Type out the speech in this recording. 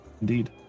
Indeed